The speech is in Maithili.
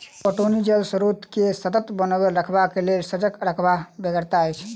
पटौनी जल स्रोत के सतत बनओने रखबाक लेल सजग रहबाक बेगरता अछि